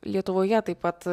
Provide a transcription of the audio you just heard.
lietuvoje taip pat